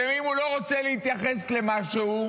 ואם הוא לא רוצה להתייחס למשהו,